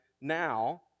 now